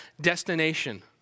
destination